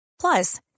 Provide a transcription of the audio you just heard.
Plus